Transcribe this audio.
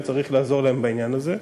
וצריך לעזור להם בעניין הזה.